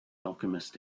alchemist